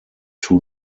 two